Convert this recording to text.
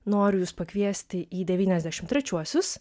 noriu jus pakviesti į devyniasdešimt trečiuosius